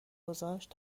گذاشت